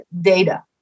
data